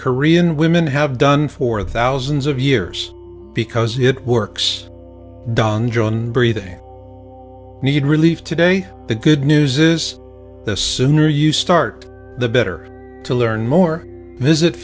korean women have done for thousands of years because it works donjon breathing need relief today the good news is the sooner you start the better to learn more visit